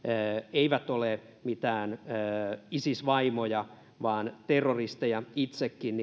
eivät ole mitään isis vaimoja vaan terroristeja itsekin